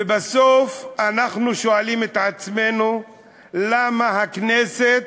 ובסוף אנחנו שואלים את עצמנו למה הכנסת